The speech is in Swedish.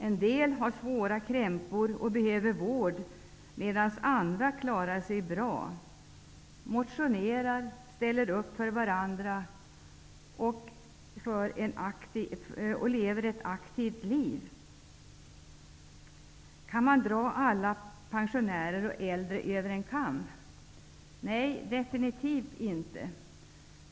En del har svåra krämpor och behöver vård, medan andra klarar sig bra, motionerar, ställer upp för varandra och lever ett aktivt liv. Kan man skära alla pensionärer och äldre över en kam? Nej, absolut inte!